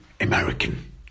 American